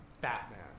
Batman